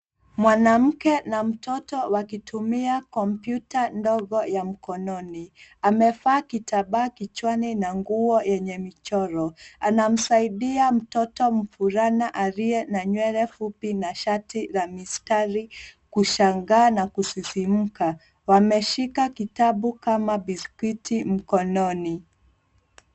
Mwanamke na mtoto wakitumia kompyuta ndogo ya mkononi. Amevaa kitambaa kichwani na nguo yenye michoro. Anamsaidia mtoto mvulana aliye na nywele fupi na shati la mistari kushangaa na kusisimka. Wameshika kitabu kama biskuti mkononi.